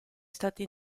stati